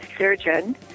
surgeon